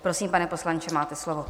Prosím, pane poslanče, máte slovo.